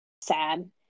sad